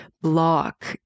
block